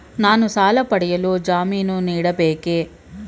ನಾನು ಸಾಲ ಪಡೆಯಲು ಜಾಮೀನು ನೀಡಬೇಕೇ?